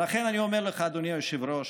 ולכן אני אומר לך, אדוני היושב-ראש,